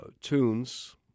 tunes